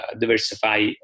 diversify